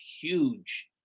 huge